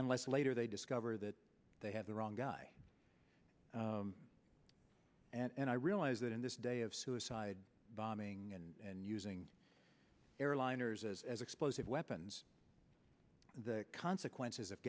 unless later they discover that they have the wrong guy and i realize that in this day of suicide bombing and using airliners as as explosive weapons the consequences of